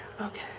Okay